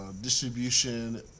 Distribution